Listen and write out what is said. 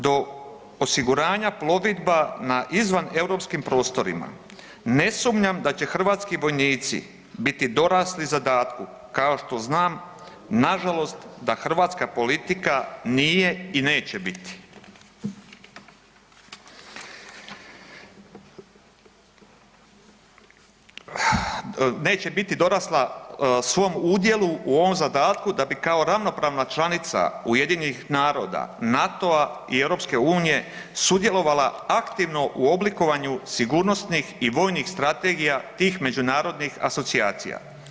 Do osiguranja plovidba na izvaneuropskim prostorima ne sumnjam da će hrvatski vojnici biti dorasli zadatku kao što znam nažalost da hrvatska politika nije i neće biti, neće biti dorasla svom udjelu u ovom zadatku da bi kao ravnopravna članica UN-a, NATO-a i EU sudjelovala aktivno u oblikovanju sigurnosnih i vojnih strategija tih međunarodnih asocijacija.